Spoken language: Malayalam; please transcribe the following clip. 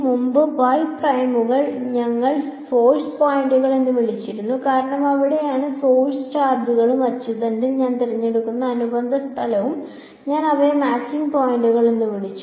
മുമ്പ് y പ്രൈമുകളെ നമ്മൾ സോഴ്സ് പോയിന്റുകൾ എന്ന് വിളിച്ചിരുന്നു കാരണം അവിടെയാണ് സോഴ്സ് ചാർജുകളും അച്ചുതണ്ടിൽ ഞാൻ തിരഞ്ഞെടുക്കുന്ന അനുബന്ധ സ്ഥലവും ഞാൻ അവയെ മാച്ചിംഗ് പോയിന്റുകൾ എന്ന് വിളിച്ചു